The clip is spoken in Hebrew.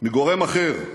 מגורם אחר: